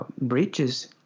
bridges